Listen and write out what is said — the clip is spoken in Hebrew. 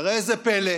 ראה זה פלא: